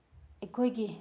ꯑꯩꯈꯣꯏꯒꯤ